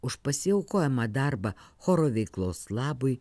už pasiaukojamą darbą choro veiklos labui